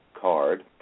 card